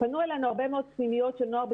פנו אלינו הרבה מאוד פנימיות של נוער,